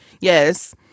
Yes